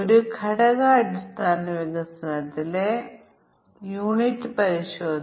അതിനാൽ സാധുവായ അസാധുവായ ഇൻപുട്ടിന്റെ കാര്യമോ